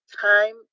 Time